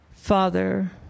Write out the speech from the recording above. Father